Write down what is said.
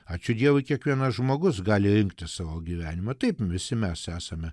ačiū dievui kiekvienas žmogus gali rinkti savo gyvenimą taip visi mes esame